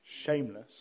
shameless